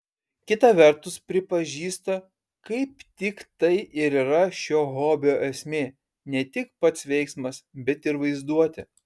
kita vertus pripažįsta kaip tik tai ir yra šio hobio esmė ne tik pats veiksmas bet ir vaizduotė